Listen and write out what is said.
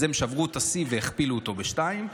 אז הם שברו את השיא והכפילו אותו פי שניים,